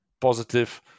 positive